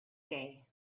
day